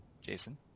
Jason